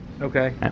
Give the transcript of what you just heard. Okay